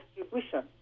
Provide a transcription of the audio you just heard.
distribution